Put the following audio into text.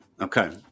okay